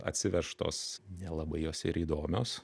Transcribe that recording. atsivežtos nelabai jos ir įdomios